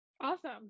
Awesome